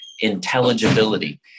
intelligibility